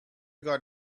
got